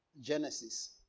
Genesis